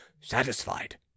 satisfied